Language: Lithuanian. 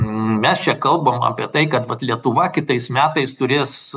mes čia kalbam apie tai kad vat lietuva kitais metais turės